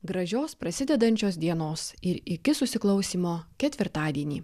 gražios prasidedančios dienos ir iki susiklausymo ketvirtadienį